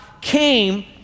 came